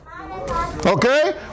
okay